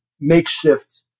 makeshift